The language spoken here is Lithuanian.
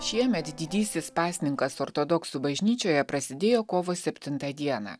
šiemet didysis pasninkas ortodoksų bažnyčioje prasidėjo kovo septintą dieną